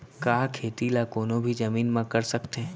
का खेती ला कोनो भी जमीन म कर सकथे?